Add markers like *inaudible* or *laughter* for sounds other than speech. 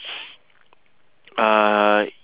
*noise* uh